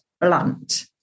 blunt